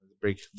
Break